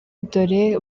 dore